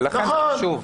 ולכן חשוב.